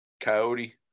coyote